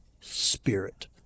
spirit